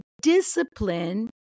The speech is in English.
discipline